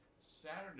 Saturday